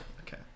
Okay